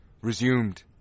resumed